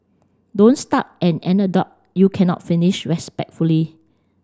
don't start an anecdote you cannot finish respectfully